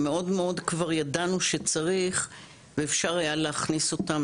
ומאוד כבר ידענו שצריך ואפשר היה להכניס אותם.